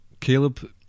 Caleb